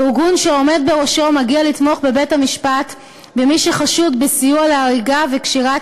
ארגון שהעומד בראשו מגיע לתמוך בבית-המשפט במי שחשוד בסיוע להריגה וקשירת